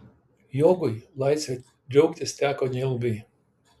jogui laisve džiaugtis teko neilgai